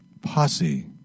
posse